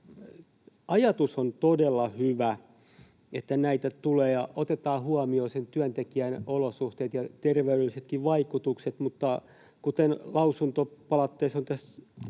Ajatus on todella hyvä, että näitä tulee ja otetaan huomioon työntekijän olosuhteet ja terveydellisetkin vaikutukset, mutta kuten lausuntopalautteessa